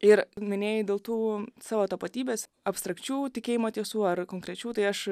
ir minėjai dėl tų savo tapatybės abstrakčių tikėjimo tiesų ar konkrečių tai aš